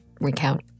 recount